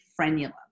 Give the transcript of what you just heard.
frenulum